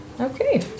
okay